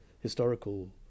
historical